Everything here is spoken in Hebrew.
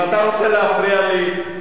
אם אתה רוצה להפריע לי,